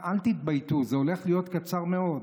אל תתבייתו, זה הולך להיות קצר מאוד,